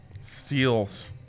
Steals